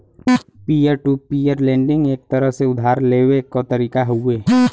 peer to peer lending एक तरह से उधार लेवे क तरीका हउवे